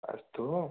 अस्तु